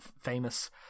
famous